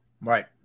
Right